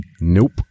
nope